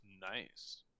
Nice